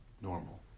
normal